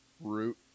root